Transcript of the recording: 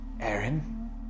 Aaron